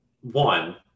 one